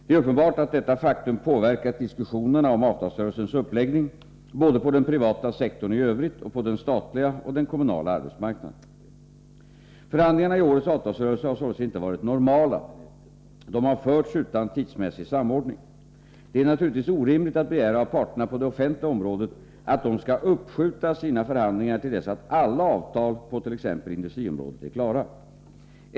Det är uppenbart att detta faktum påverkat diskussionerna om avtalsrörelsens uppläggning både på den privata sektorn i övrigt och på den statliga och den kommunala arbetsmarknaden. Förhandlingarna i årets avtalsrörelse har således inte varit normala. De har förts utan tidsmässig samordning. Det är naturligtvis orimligt att begära av parterna på det offentliga området att de skall uppskjuta sina förhandlingar till dess att alla avtal på t.ex. industriområdet är klara.